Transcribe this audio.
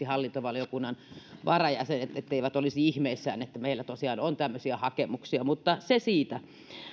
hallintovaliokunnan varajäsenet olisi ihmeissään että meillä tosiaan on tämmöisiä hakemuksia mutta se siitä